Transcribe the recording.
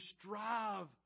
strive